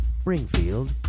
Springfield